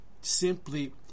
simply